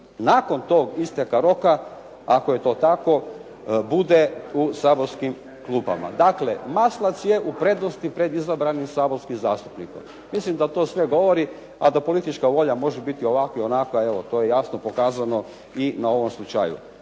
nakon tog isteka roka ako je to tako bude u saborskim klupama. Dakle, maslac je u prednosti pred izabranim saborskim zastupnikom. Mislim da to sve govori a da politička volja može biti ovakva i onakva evo to je jasno pokazano i na ovom slučaju.